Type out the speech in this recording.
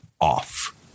off